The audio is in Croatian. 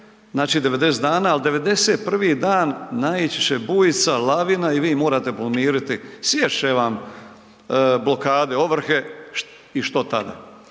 znači 90, ali 91. dan naići će bujica, lavina i vi morate pomiriti, sjest će vam blokade ovrhe i što tada?